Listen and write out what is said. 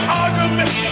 argument